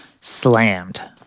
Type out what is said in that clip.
slammed